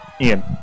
Ian